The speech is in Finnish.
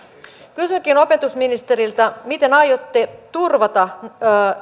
kysynkin opetusministeriltä miten aiotte turvata